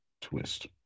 twist